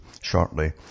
shortly